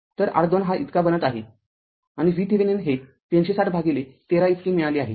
तर r R२ हा इतका बनत आहे आणि VThevenin हे ३६० भागिले १३ इतके मिळाले आहे